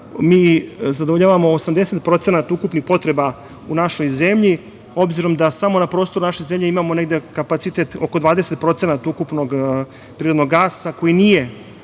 mi zadovoljavamo 80% ukupnih potreba u našoj zemlji. Obzirom da samo na prostoru naše zemlje imamo negde kapacitet oko 20% ukupnog prirodnog gasa, koji nije